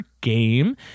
game